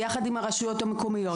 ביחד עם הרשויות המקומיות,